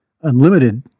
unlimited